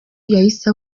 yahise